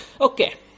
Okay